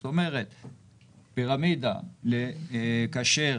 זאת אומרת פירמידה, כאשר